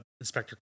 Inspector